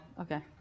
Okay